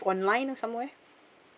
online or somewhere